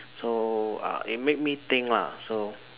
so uh it made me think lah so